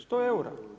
100 eura.